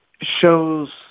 shows